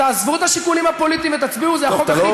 תעזבו את השיקולים הפוליטיים ותצביעו, זה החוק הכי